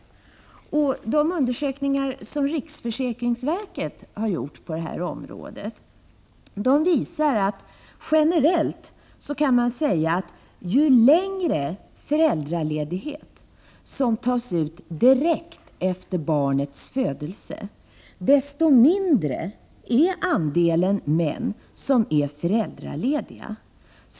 Att döma av de undersökningar som riksförsäkringsverket har gjort på detta område kan man generellt säga att ju längre den föräldraledighet är som tas ut vid ett barns födelse är, desto mindre är andelen män som är föräldralediga.